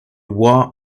war